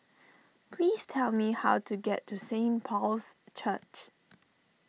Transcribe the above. please tell me how to get to Saint Paul's Church